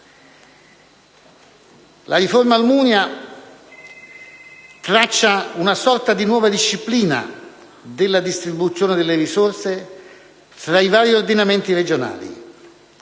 La riforma Almunia traccia una sorta di nuova disciplina della distribuzione delle risorse fra i vari ordinamenti regionali.